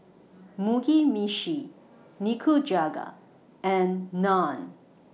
Mugi Meshi Nikujaga and Naan